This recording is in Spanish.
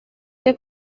que